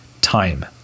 Time